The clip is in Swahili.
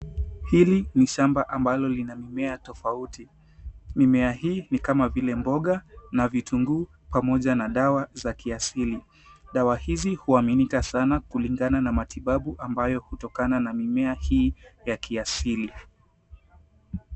Hili ni shamba ambalo lina mimea tofauti. Mimea hii ni kama vile mboga na vitunguu pamoja na dawa za kiasili. Dawa hizi huaminika sana kulingana na matibabu ambayo hutokana na mimea hii ya kiasili.